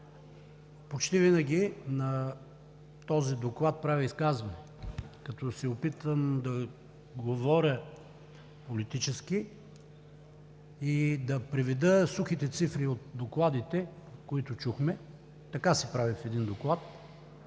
Почти винаги на този доклад правя изказване, като се опитвам да говоря политически и да приведа сухите цифри от докладите, които чухме – така се прави в един доклад